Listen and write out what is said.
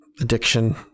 addiction